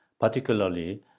particularly